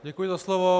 Děkuji za slovo.